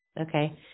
Okay